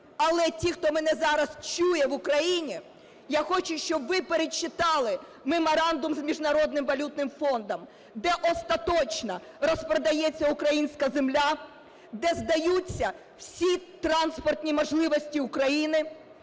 Але ті, хто мене зараз чує в Україні, я хочу, щоб ви перечитали меморандум з Міжнародним валютним фондом, де остаточно розпродається українська земля, де здаються всі транспортні можливості України,